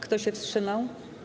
Kto się wstrzymał?